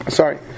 sorry